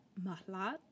Mahlat